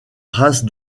race